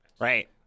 Right